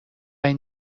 این